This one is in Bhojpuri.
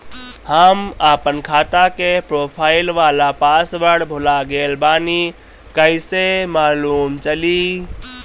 हम आपन खाता के प्रोफाइल वाला पासवर्ड भुला गेल बानी कइसे मालूम चली?